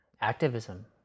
activism